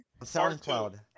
Soundcloud